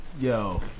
yo